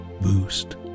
boost